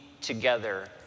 together